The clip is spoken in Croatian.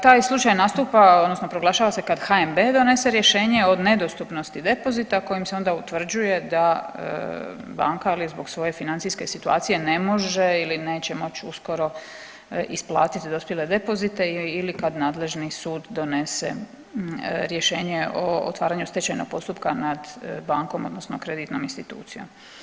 Taj slučaj nastupa odnosno proglašava se kad HNB donese rješenje o nedostupnosti depozita kojim se onda utvrđuje da banka zbog svoje financijske situacije ne može ili neće moć uskoro isplatiti dospjele depozite ili kad nadležni sud donese rješenje o otvaranju stečajnog postupka nad bankom odnosno kreditnom institucijom.